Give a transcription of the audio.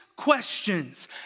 questions